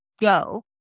go